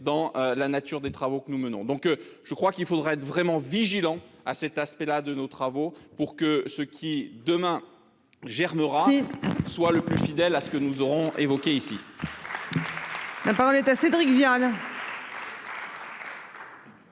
dans la nature des travaux que nous menons. Donc je crois qu'il faudrait être vraiment vigilant à cet aspect-là de nos travaux pour que ceux qui demain. Jair Merah. Soit le plus fidèle à ce que nous aurons évoqué ici.